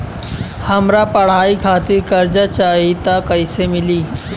हमरा पढ़ाई खातिर कर्जा चाही त कैसे मिली?